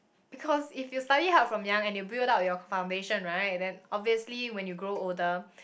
because if you study hard from young and you build up your foundation right then obviously when you grow older